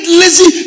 lazy